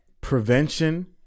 prevention